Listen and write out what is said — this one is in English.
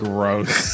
Gross